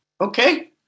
Okay